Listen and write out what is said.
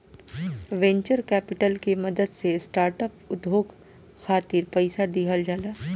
venture capital के मदद से स्टार्टअप उद्योग खातिर पईसा दिहल जाला